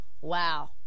Wow